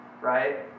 right